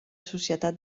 societat